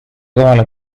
kohale